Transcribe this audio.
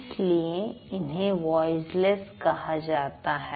इसलिए इन्हें वॉइसलेस कहा जाता है